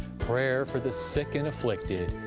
prayer for the sick and afflicted,